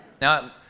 Now